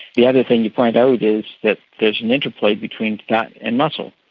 the other thing you point out is that there is an interplay between fat and muscle,